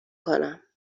کنم